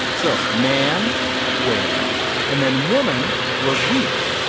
so man wear and then woman was weave.